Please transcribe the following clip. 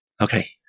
Okay